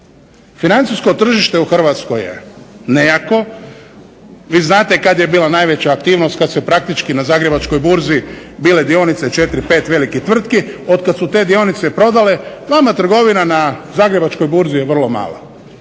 Financijsko tržište u Hrvatskoj je nejako. Vi znate kad je bila najveća aktivnost, kad su praktički na zagrebačkoj burzi bile dionice 4, 5 velikih tvrtki. Otkad su te dionice prodale nama trgovina na zagrebačkoj burzi je vrlo mala,